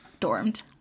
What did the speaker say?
dormed